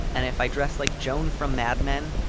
and if i dress like joan from mad men,